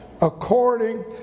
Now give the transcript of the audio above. according